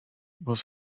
was